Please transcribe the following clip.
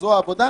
זו העבודה?